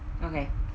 okay